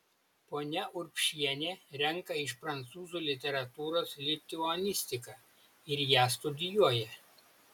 ponia urbšienė renka iš prancūzų literatūros lituanistiką ir ją studijuoja